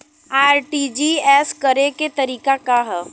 RTGS करे के तरीका का हैं?